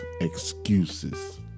Excuses